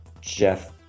jeff